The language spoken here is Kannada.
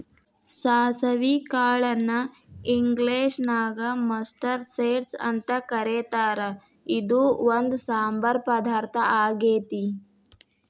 ಸಾಸವಿ ಕಾಳನ್ನ ಇಂಗ್ಲೇಷನ್ಯಾಗ ಮಸ್ಟರ್ಡ್ ಸೇಡ್ಸ್ ಅಂತ ಕರೇತಾರ, ಇದು ಒಂದ್ ಸಾಂಬಾರ್ ಪದಾರ್ಥ ಆಗೇತಿ